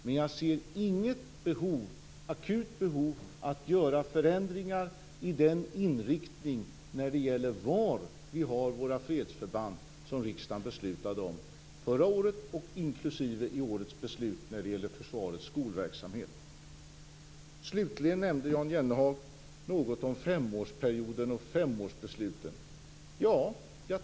Men jag ser inget akut behov att göra förändringar i den inriktning av var vi har våra fredsförband som riksdagen beslutade om förra året, inklusive årets beslut om försvarets skolverksamhet. Slutligen nämnde Jan Jennehag något om femårsperioden och femårsbesluten.